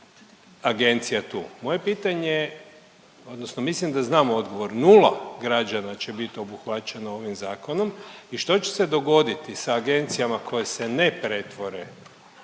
agencija tu. Moje pitanje odnosno mislim da znam odgovor, 0 građana će biti obuhvaćeno ovim zakonom i što će se dogoditi sa agencijama koje se ne pretvore